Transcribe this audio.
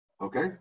Okay